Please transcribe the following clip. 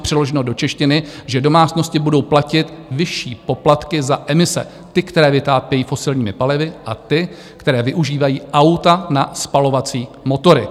Přeloženo do češtiny, že domácnosti budou platit vyšší poplatky za emise, ty, které vytápějí fosilními palivy, a ty, které využívají auta na spalovací motory.